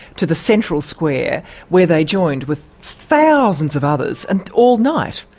to the central square where they joined with thousands of others, and all night.